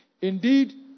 Indeed